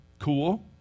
cool